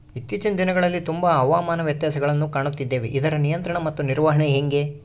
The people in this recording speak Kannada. ಇತ್ತೇಚಿನ ದಿನಗಳಲ್ಲಿ ತುಂಬಾ ಹವಾಮಾನ ವ್ಯತ್ಯಾಸಗಳನ್ನು ಕಾಣುತ್ತಿದ್ದೇವೆ ಇದರ ನಿಯಂತ್ರಣ ಮತ್ತು ನಿರ್ವಹಣೆ ಹೆಂಗೆ?